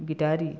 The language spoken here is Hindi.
guitar he